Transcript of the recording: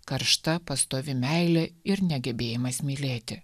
karšta pastovi meilė ir negebėjimas mylėti